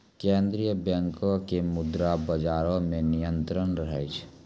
केन्द्रीय बैंको के मुद्रा बजारो मे नियंत्रण रहै छै